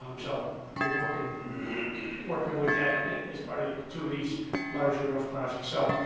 um so we're working working with that as part of the two of these larger roof projects, so.